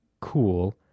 cool